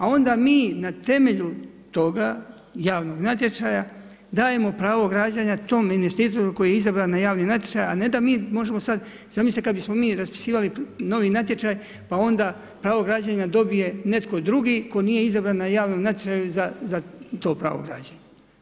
A onda mi na temelju toga, javnog natječaja, dajemo pravo građenja tom investitoru koji je izabran na javnim natječajima, a ne da mi, možemo sad, zamislite kad bismo mi raspisivali novi natječaj, pa onda, pravo građenja dobije netko dugi, tko nije izabran na javnom natječaju za to pravo građenja.